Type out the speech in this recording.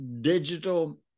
digital